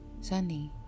Sunny